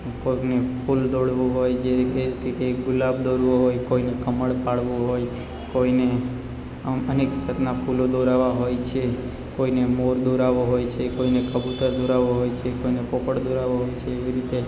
કોઈકને ફૂલ દોરવું હોય જેવી કે કે કે ગુલાબ દોરવો હોય કોઈને કમળ પાડવું હોય કોઈને આમ અનેક જાતના ફૂલો દોરાવા હોય છે કોઈને મોર દોરાવો હોય છે કોઈને કબુતર દોરાવો હોય છે કોઈને પોપટ દોરાવો હોય છે એવી રીતે